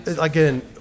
again